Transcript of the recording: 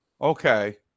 okay